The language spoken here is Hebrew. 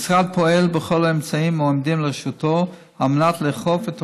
המשרד פועל בכל האמצעים העומדים לרשותו לאכוף את